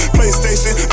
PlayStation